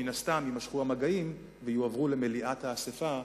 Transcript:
מן הסתם יימשכו המגעים ויועברו למליאת האספה,